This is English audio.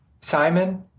simon